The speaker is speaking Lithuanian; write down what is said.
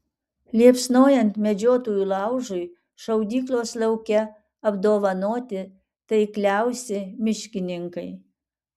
liepsnojant medžiotojų laužui šaudyklos lauke apdovanoti taikliausi miškininkai